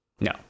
No